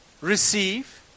receive